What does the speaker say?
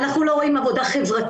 אנחנו לא רואים עבודה חברתית,